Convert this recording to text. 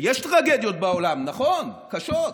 יש טרגדיות בעולם, נכון, קשות.